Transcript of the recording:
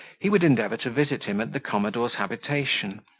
he would endeavour to visit him at the commodore's habitation,